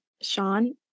Sean